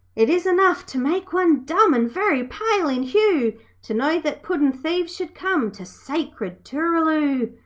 it is enough to make one dumb and very pale in hue to know that puddin'-thieves should come to sacred tooraloo.